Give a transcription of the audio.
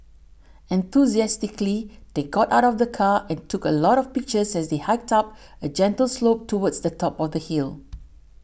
enthusiastically they got out of the car and took a lot of pictures as they hiked up a gentle slope towards the top of the hill